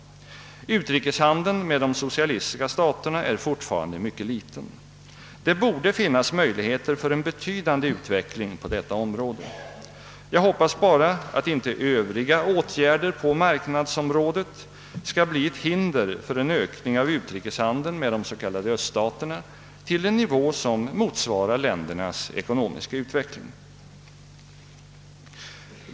Utrikeshandeln med de socialistiska staterna är fortfarande mycket liten. Det borde finnas möjligheter för en betydande utveckling på detta område. Jag hoppas bara att inte övriga åtgärder på marknadsområdet skall bli ett hinder för en ökning av utrikeshandeln med de s.k. öststaterna till en nivå som svarar mot ländernas ekonomiska utveckling.